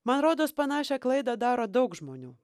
man rodos panašią klaidą daro daug žmonių